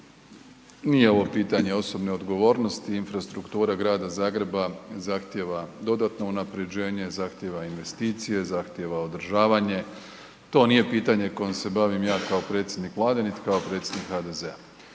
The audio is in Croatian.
Nije ovo pitanje osobne odgovornosti. Infrastruktura Grada Zagreba zahtjeva dodatno unapređenje, zahtjeva investicije, zahtjeva održavanje, to nije pitanje kojim se bavim ja kao predsjednik vlade, niti kao predsjednik HDZ-a,